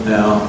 Now